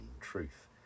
truth